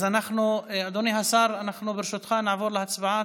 אז אדוני השר, אנחנו, ברשותך, נעבור להצבעה.